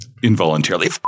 involuntarily